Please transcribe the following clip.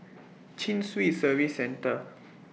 Chin Swee Service Centre